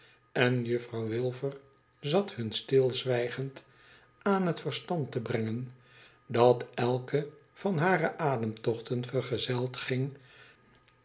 en juffrouw wilfer zat hun stilzwijgend aan het verstand te brengen dat elke van hare ademtochten vergezeld ging